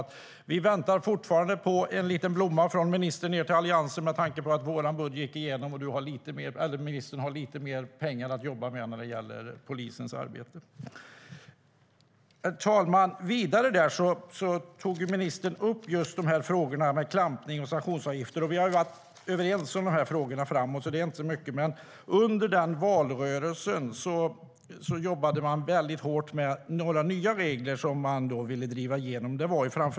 Vi väntar fortfarande på en liten blomma från ministern till Alliansen med tanke på att vår budget gick igenom och ministern har lite mer pengar till polisens arbete. Herr talman! Vidare tog ministern upp frågorna om klampning och sanktionsavgifter. Vi har varit överens om de här frågorna, så det är inte så mycket att säga. Men under valrörelsen jobbade man väldigt hårt med några nya regler som man ville driva igenom.